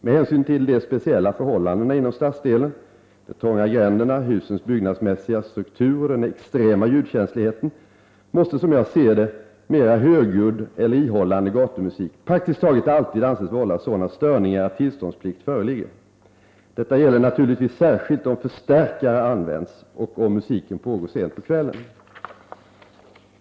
Med hänsyn till de speciella förhållandena inom den stadsdelen — de trånga gränderna, husens byggnadsmässiga struktur och den extrema ljudkänsligheten — måste som jag ser det mera högljudd eller ihållande gatumusik praktiskt taget alltid anses vålla sådana störningar att tillståndsplikt föreligger. Detta gäller naturligtvis särskilt om förstärkare används och om musiken pågår sent på kvällen.